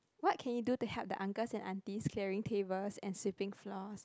what can you do to help the uncles and aunties clearing tables and sweeping floors